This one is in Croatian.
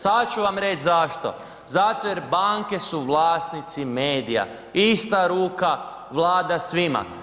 Sad ću vam reći zašto, zato jer banke su vlasnici medija, ista ruka vlada svima.